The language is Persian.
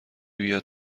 بیاد